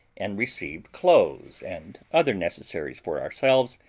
and received clothes and other necessaries for ourselves,